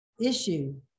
issue